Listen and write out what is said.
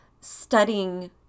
studying